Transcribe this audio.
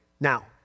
Now